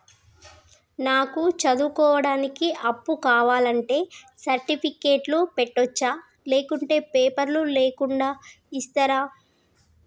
నాకు చదువుకోవడానికి అప్పు కావాలంటే సర్టిఫికెట్లు పెట్టొచ్చా లేకుంటే పేపర్లు లేకుండా ఇస్తరా?